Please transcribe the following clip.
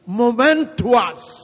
momentous